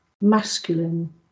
masculine